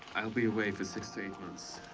i'll be away for six to eight months.